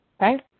okay